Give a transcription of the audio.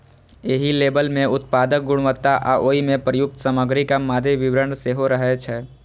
एहि लेबल मे उत्पादक गुणवत्ता आ ओइ मे प्रयुक्त सामग्रीक मादे विवरण सेहो रहै छै